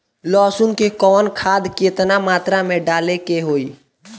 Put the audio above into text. लहसुन में कवन खाद केतना मात्रा में डाले के होई?